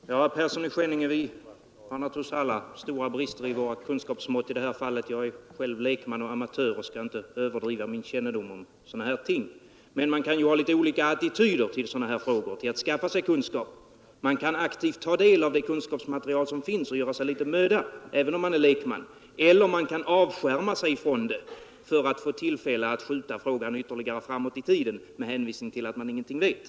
Herr talman! Ja, herr Persson i Skänninge, vi har naturligtvis alla stora brister i våra kunskapsmått i detta fall. Jag är själv lekman och amatör och skall inte överdriva min kännedom om sådana här ting. Men man kan ha olika attityder till dessa frågor och till att skaffa sig kunskaper. Man kan aktivt ta del av det kunskapsmaterial som finns och göra sig litet möda även om man är lekman, eller också kan man avskärma sig från det för att få tillfälle att skjuta frågan ytterligare framåt i tiden med hänvisning till att man ingenting vet.